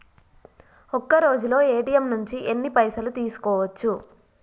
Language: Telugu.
ఒక్కరోజులో ఏ.టి.ఎమ్ నుంచి ఎన్ని పైసలు తీసుకోవచ్చు?